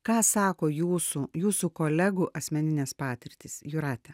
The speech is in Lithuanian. ką sako jūsų jūsų kolegų asmeninės patirtys jūrate